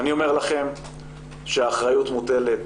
אני אומר לכם שהאחריות מוטלת